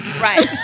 right